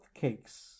cakes